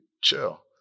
Chill